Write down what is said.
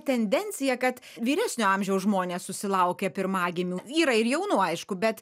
tendencija kad vyresnio amžiaus žmonės susilaukia pirmagimių yra ir jaunų aišku bet